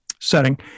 setting